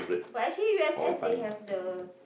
but actually U_S_S they have the